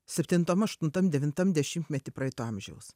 septintam aštuntam devintam dešimtmety praeito amžiaus